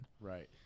Right